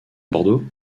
bordeaux